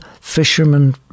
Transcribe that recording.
fisherman